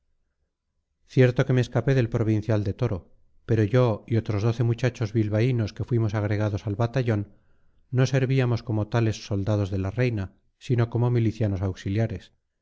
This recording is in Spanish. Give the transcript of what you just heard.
cierto que me escapé del provincial de toro pero yo y otros doce muchachos bilbaínos que fuimos agregados al batallón no servíamos como tales soldados de la reina sino como milicianos auxiliares